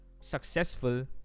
successful